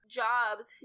jobs